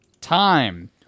Time